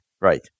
right